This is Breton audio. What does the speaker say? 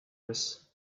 eus